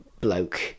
bloke